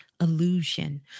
illusion